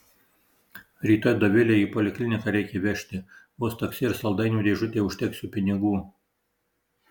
rytoj dovilę į polikliniką reikia vežti vos taksi ir saldainių dėžutei užteksiu pinigų